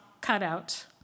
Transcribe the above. cutout